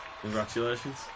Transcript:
Congratulations